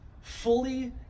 fully